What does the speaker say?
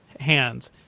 hands